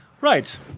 Right